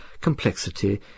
complexity